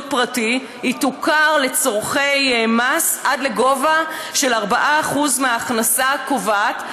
פרטי תוכר לצורכי מס עד לגובה של 4% מההכנסה הקובעת,